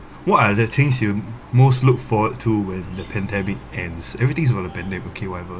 what are the things you most look forward to when the pandemic ends everything is about the pande~ okay whatever